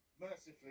mercifully